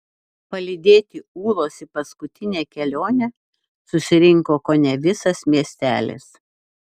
palydėti ūlos į paskutinę kelionę susirinko kone visas miestelis